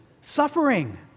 suffering